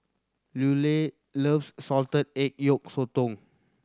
Luella loves salted egg yolk sotong